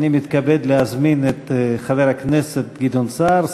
אני מתכבד להזמין את חבר הכנסת גדעון סער,